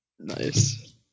Nice